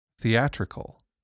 Theatrical